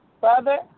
Father